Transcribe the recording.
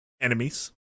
enemies